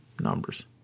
numbers